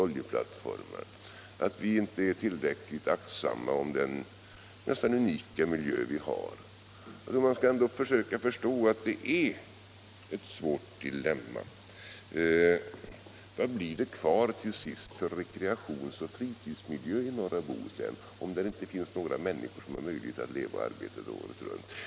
Jag tror att de som tycker att vi inte är tillräckligt aktsamma om den nästan unika miljö vi har ändå skall försöka förstå att det är ett svårt dilemma. Vad blir det kvar till sist för rekreationsoch fritidsmiljö i norra Bohuslän om där inte finns några människor som har möjlighet att leva och arbeta där året runt?